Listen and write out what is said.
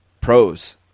pros